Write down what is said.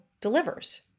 delivers